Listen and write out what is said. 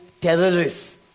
terrorists